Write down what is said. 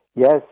Yes